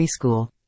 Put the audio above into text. Preschool